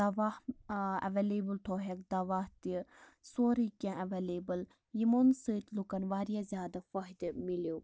دوا ایٚویلیبُل تھوٚوہَکھ دوا تہٕ سورُے کیٚنٛہہ ایٚویلیبُل یمن سۭتۍ لُکَن واریاہ زیادٕ فایِدٕ میلیو